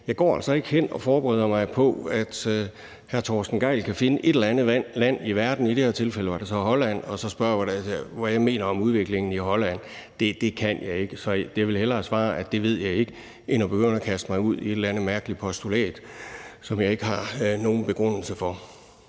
For jeg går altså ikke og forbereder mig på, at hr. Torsten Gejl kan finde et eller andet land i verden – i det her tilfælde var det så Holland – og så spørge, hvad jeg mener om udviklingen i det land. Det kan jeg ikke. Så jeg vil hellere svare, at jeg ikke ved det, end at begynde at kaste mig ud i et eller andet mærkeligt postulat, som jeg ikke har nogen begrundelse for.